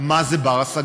מה זה בר-השגה.